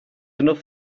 enough